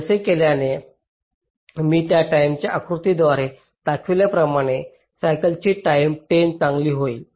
असे केल्याने मी त्या टाईमच्या आकृत्याद्वारे दाखविल्याप्रमाणे सायकलची टाईम 10 चांगली होईल